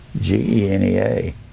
G-E-N-E-A